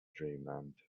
dreamland